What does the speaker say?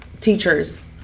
teachers